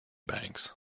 banks